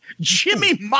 Jimmy